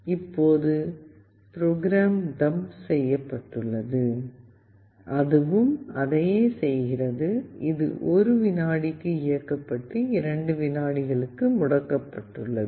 இப்போது program dump செய்யப்பட்டுள்ளது அதுவும் அதையே செய்கிறது இது 1 விநாடிக்கு இயக்கப்பட்டு 2 விநாடிகளுக்கு முடக்கப்பட்டுள்ளது